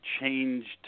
changed